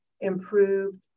improved